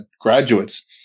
graduates